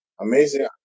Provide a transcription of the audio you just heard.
amazing